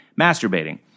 masturbating